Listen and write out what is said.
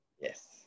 yes